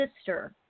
sister